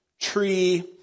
tree